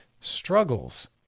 struggles